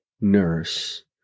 nurse